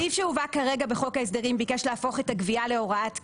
הסעיף שהובא כרגע בחוק ההסדרים ביקש להפוך את הגבייה להוראת קבע,